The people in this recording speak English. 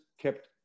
kept